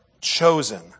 chosen